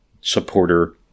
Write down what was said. supporter